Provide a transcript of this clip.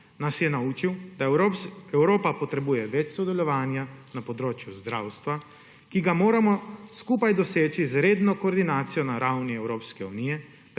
nas je naučil, da Evropa potrebuje več sodelovanja na področju zdravstva, ki ga moramo skupaj doseči z redno koordinacijo na ravni Evropske unije,